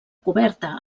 coberta